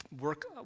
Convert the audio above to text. work